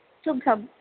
सुखम्